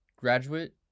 graduate